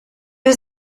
was